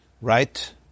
Right